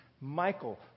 Michael